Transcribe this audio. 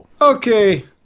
Okay